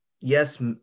yes